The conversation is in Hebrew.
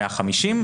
המלאי היום הוא 150,